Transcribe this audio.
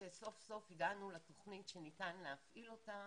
שסוף סוף הגענו לתוכנית שניתן להפעיל אותה